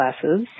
classes